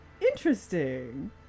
Interesting